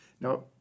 Now